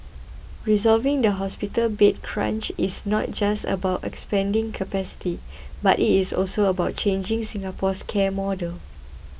resolving the hospital bed crunch is not just about expanding capacity but it is also about changing Singapore's care model